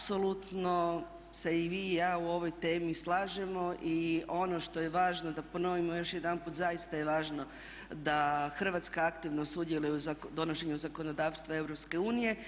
Apsolutno se i vi i ja o ovoj temi slažemo i ono što je važno da ponovimo još jedanput zaista je važno da Hrvatska aktivno sudjeluje u donošenju zakonodavstva EU.